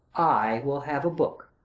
i will have a book,